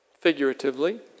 figuratively